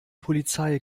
polizei